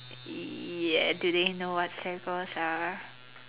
ya do they know what Sagwas are